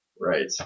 Right